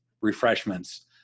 refreshments